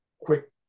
quick